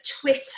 Twitter